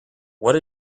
what